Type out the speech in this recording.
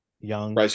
Young